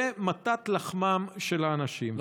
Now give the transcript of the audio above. זה מטה לחמם של האנשים.